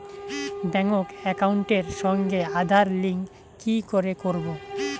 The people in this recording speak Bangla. ব্যাংক একাউন্টের সঙ্গে আধার লিংক কি করে করবো?